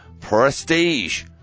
prestige